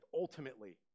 ultimately